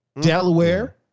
Delaware